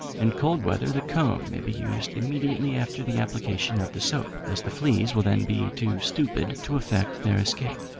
in cold weather, the comb may be used immediately after the application of the soap, as the fleas will then be too stupid to effect their escape.